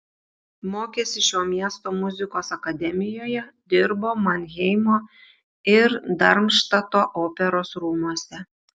mokėsi šio miesto muzikos akademijoje dirbo manheimo ir darmštato operos rūmuose